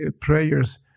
prayers